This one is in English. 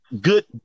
good